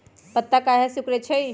पत्ता काहे सिकुड़े छई?